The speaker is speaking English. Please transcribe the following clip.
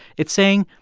it's saying,